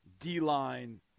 d-line